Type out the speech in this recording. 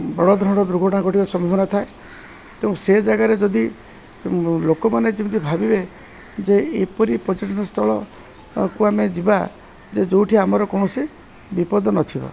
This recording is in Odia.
ବଡ଼ ଧରଣର ଦୁର୍ଘଟଣା ଘଟିବାର ସମ୍ଭବ ଥାଏ ତେଣୁ ସେ ଜାଗାରେ ଯଦି ଲୋକମାନେ ଯେମିତି ଭାବିବେ ଯେ ଏପରି ପର୍ଯ୍ୟଟନ ସ୍ଥଳକୁ ଆମେ ଯିବା ଯେ ଯେଉଁଠି ଆମର କୌଣସି ବିପଦ ନଥିବ